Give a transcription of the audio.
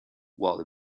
while